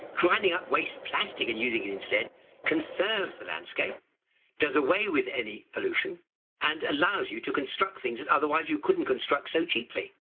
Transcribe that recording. grinding up waste plastic and using it instead conserves the landscape does away with any pollution and allows you to construct things that otherwise you couldn't construct so cheaply.